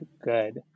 good